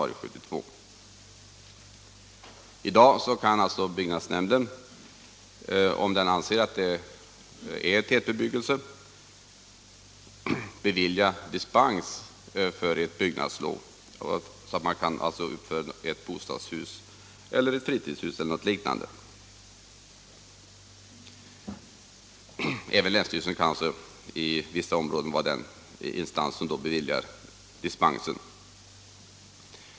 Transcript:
I dag kan byggnadsnämnden, om den anser att det är tätbebyggelse, bevilja dispens för ett byggnadslov så att man alltså kan uppföra bostadshus, fritidshus eller liknande. Även länsstyrelsen kan i vissa områden vara den instans som beviljar dispensen.